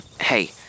hey